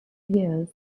years